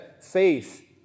faith